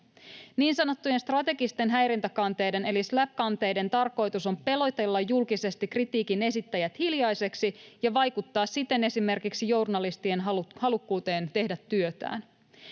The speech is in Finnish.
Niin sanottujen strategisten häirintäkanteiden eli SLAPP-kanteiden tarkoitus on pelotella julkisesti kritiikin esittäjät hiljaisiksi ja vaikuttaa siten esimerkiksi journalistien halukkuuteen tehdä työtään.